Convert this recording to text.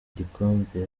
gikombe